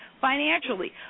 financially